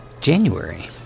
January